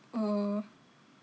oh